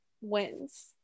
wins